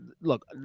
Look